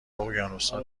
اقیانوسها